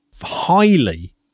highly